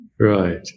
Right